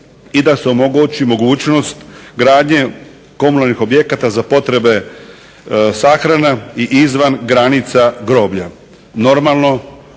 i da se omogući mogućnost gradnje komunalnih objekata za potrebe sahrana i izvan granica groblja.